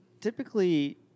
Typically